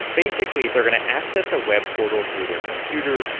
basically, they're going to access a web portal through their computer,